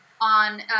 on